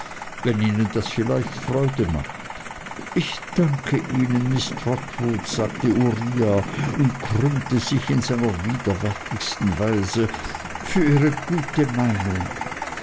wenn ihnen das vielleicht freude macht ich danke ihnen miß trotwood sagte uriah und krümmte sich in seiner widerwärtigen weise für ihre gute meinung